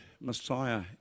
Messiah